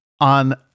on